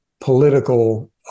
political